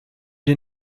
den